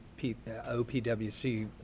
OPWC